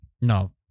No